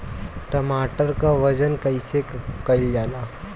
टमाटर क वजन कईसे कईल जाला?